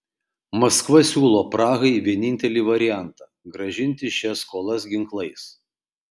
maskva siūlo prahai vienintelį variantą grąžinti šias skolas ginklais